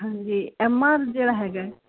ਹਾਂਜੀ M R ਜਿਹੜਾ ਹੈਗਾ